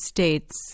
States